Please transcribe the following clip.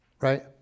Right